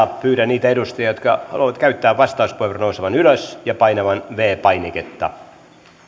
pyydän niitä edustajia jotka haluavat käyttää vastauspuheenvuoron nousemaan ylös ja painamaan viides painiketta